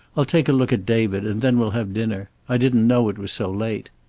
i'll take a look at david, and then we'll have dinner. i didn't know it was so late.